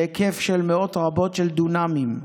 בהיקף של מאות רבות של דונמים,